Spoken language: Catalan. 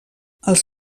els